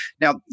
Now